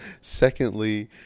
Secondly